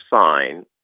sign